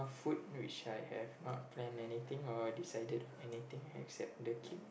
food which I have not planned anything or decided anything except the kid